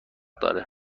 داره